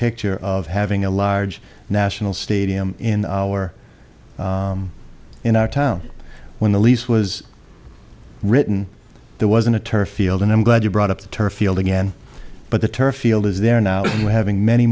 picture of having a large national stadium in our in our town when the lease was written there wasn't a turf field and i'm glad you brought up the turf field again but the turf field is there now we're having many